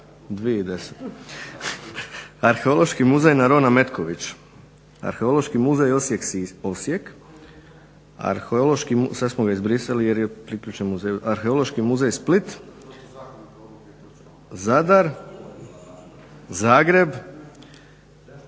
2010., Arheološki muzej Narona Metković, Arheološki muzej Osijek, sad smo ga izbrisali jer je priključen muzeju, Arheološki muzej Split, Zadar, Zagreb,